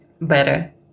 better